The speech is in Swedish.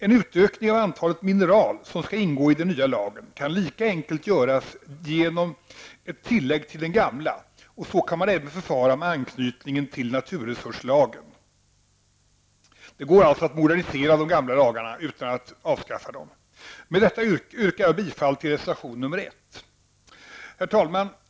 En utökning av antalet mineral som skall ingå i den nya lagen, kan lika enkelt göras genom ett tillägg till den gamla lagen, och så kan man även förfara med anknytningen till naturresurslagen. Det går alltså att modernisera de gamla lagarna utan att avskaffa dem. Med detta yrkar jag bifall till reservation nr 1. Herr talman!